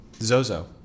Zozo